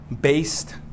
based